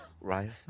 right